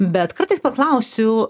bet kartais paklausiu